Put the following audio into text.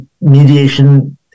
mediation